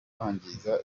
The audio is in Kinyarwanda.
kwangiza